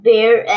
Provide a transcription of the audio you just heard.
Bear